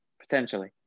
Potentially